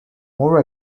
more